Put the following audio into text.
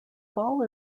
ball